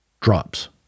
drops